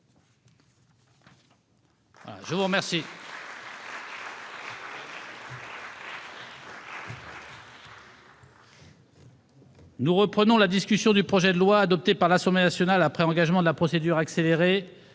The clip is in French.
séjour. Nous reprenons la discussion du projet de loi, adopté par l'Assemblée nationale après engagement de la procédure accélérée,